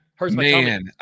man